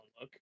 look